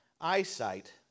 eyesight